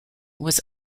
was